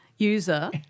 User